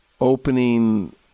opening